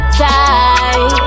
tie